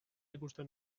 ikusten